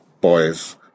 boys